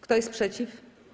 Kto jest przeciw?